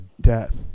death